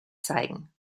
zeigen